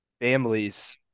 Families